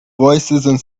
voicesand